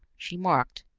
she marked,